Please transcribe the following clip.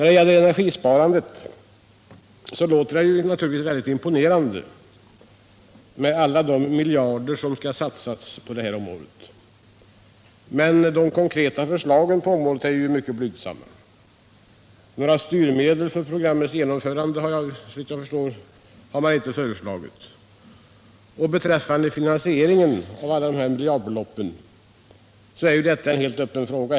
Då det gäller energisparandet låter det väldigt imponerande med alla de miljarder som skall satsas på detta område, men de konkreta förslagen är mycket blygsamma. Några styrmedel för programmets genomförande föreslås inte, och finansieringen av alla miljardbeloppen är en helt öppen fråga.